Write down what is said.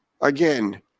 Again